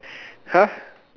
!huh!